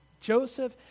Joseph